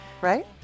Right